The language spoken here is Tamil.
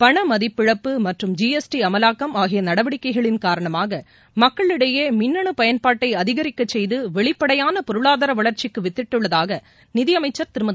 பணமதிப்பிழப்பு மற்றும் திஎஸ்டி அமலாக்கம் ஆகிய நடவடிக்கைகளின் காரணமாக மக்களிடையே மின்னு பயன்பாட்டை அதிகரிக்க செய்து வெளிப்படையான பொருளாதார வளர்ச்சிக்கு வித்திட்டுள்ளதாக நிதியனமச்சர் திருமதி